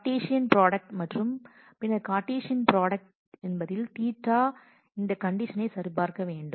Cartesian product மற்றும் பின்னர் cartesian product என்பதில் Ɵ இந்த கண்டிஷனை சரிபார்க்க வேண்டும்